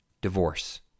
divorce